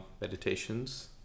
Meditations